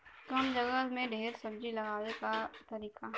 कम जगह में ढेर सब्जी उगावे क का तरीका ह?